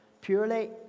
Purely